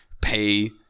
pay